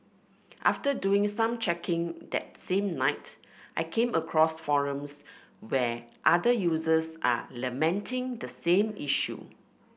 after doing some checking that same night I came across forums where other users are lamenting the same issue